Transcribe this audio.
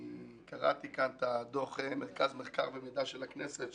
קראתי את הדוח של מרכז המחקר והמידע של הכנסת,